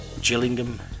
Gillingham